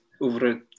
over